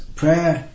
prayer